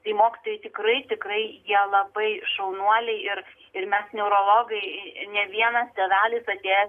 tai mokytojai tikrai tikrai jie labai šaunuoliai ir ir mes neurologai ne vienas tėvelis atėję